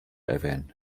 erwähnen